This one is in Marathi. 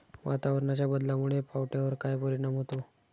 वातावरणाच्या बदलामुळे पावट्यावर काय परिणाम होतो?